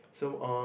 so uh